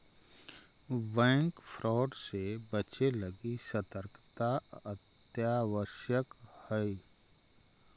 bank fraud से बचे लगी सतर्कता अत्यावश्यक हइ